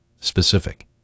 specific